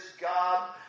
God